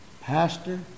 Pastor